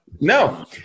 No